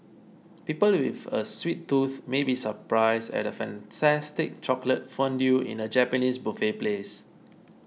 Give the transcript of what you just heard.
people with a sweet tooth may be surprised at a fantastic chocolate fondue in a Japanese buffet place